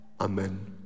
Amen